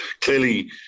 clearly